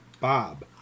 Bob